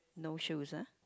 no shoes ah